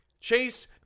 Chase